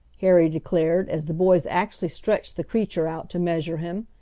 harry declared, as the boys actually stretched the creature out to measure him.